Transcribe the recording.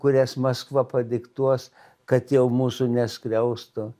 kurias maskva padiktuos kad jau mūsų neskriaustų